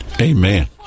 Amen